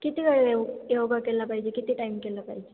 किती वेळ यो योगा केला पाहिजे किती टाईम केलं पाहिजे